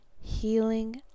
Healing